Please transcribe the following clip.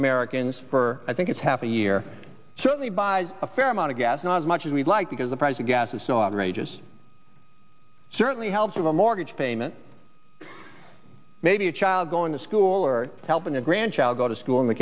americans for i think it's half a year certainly by a fair amount of gas not as much as we'd like because the present gas is so outrageous certainly helps with a mortgage payment maybe a child going to school or helping a grandchild go to school in the